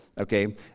okay